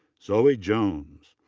zoe jones.